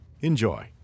Enjoy